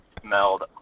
smelled